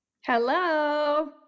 Hello